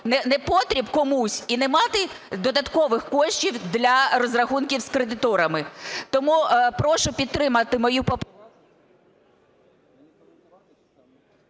непотріб комусь і не мати додаткових коштів для розрахунків з кредиторами. Тому прошу підтримати мою поправку.